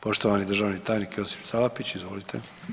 Poštovani državni tajnik Josip Salapić, izvolite.